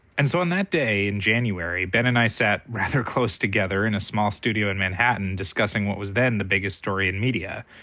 and so on that day in january, ben and i sat rather close together in a small studio in manhattan, discussing what was then the biggest story in media,